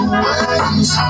ways